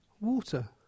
water